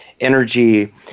energy